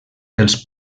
dels